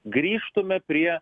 grįžtume prie